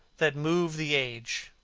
that move the age.